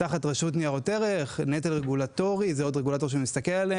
תחת רשות ניירות ערך; זה עוד רגולטור שמסתכל עליהן.